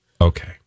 Okay